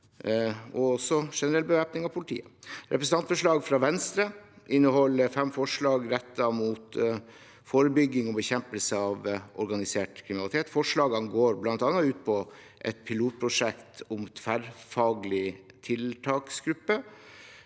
og generell bevæpning av politiet. Representantforslaget fra Venstre inneholder fem forslag rettet mot forebygging og bekjempelse av organisert kriminalitet. Forslagene går bl.a. ut på et pilotprosjekt om tverrfaglig tiltaksgruppe,